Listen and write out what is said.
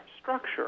structure